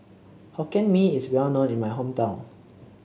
Hokkien Mee is well known in my hometown